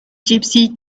gypsy